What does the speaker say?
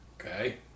Okay